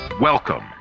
Welcome